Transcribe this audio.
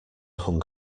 hung